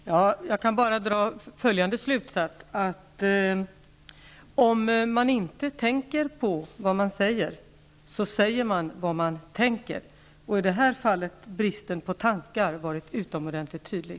Herr talman! Jag kan bara dra följande slutsats: Om man inte tänker på vad man säger, så säger man vad man tänker. I detta fall har bristen på tanke varit utomordentligt tydlig.